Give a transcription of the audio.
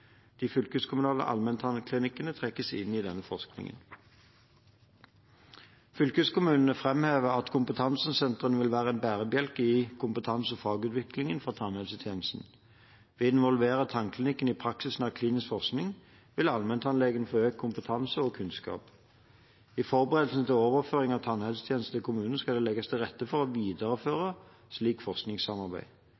De fylkeskommunale allmenntannklinikkene trekkes inn i denne forskningen. Fylkeskommunene framhever at kompetansesentrene vil være en bærebjelke i kompetanse- og fagutviklingen for tannhelsetjenesten. Ved å involvere tannklinikkene i praksisnær klinisk forskning vil allmenntannlegene få økt kompetanse og kunnskap. I forberedelsen til overføring av tannhelsetjenesten til kommunene skal det legges til rette for å videreføre slikt forskningssamarbeid.